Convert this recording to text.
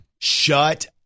Shut